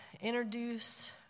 introduce